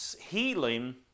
healing